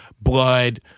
blood